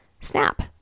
Snap